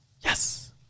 Yes